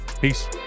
Peace